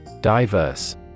Diverse